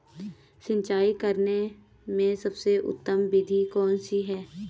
सिंचाई करने में सबसे उत्तम विधि कौन सी है?